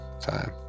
time